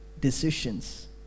decisions